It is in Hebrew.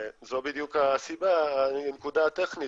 זו בדיוק הסיבה, הנקודה הטכנית